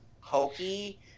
hokey